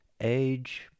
Age